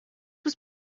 was